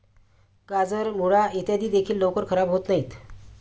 गाजर, मुळा इत्यादी देखील लवकर खराब होत नाहीत